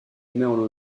nommée